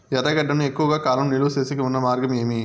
ఎర్రగడ్డ ను ఎక్కువగా కాలం నిలువ సేసేకి ఉన్న మార్గం ఏమి?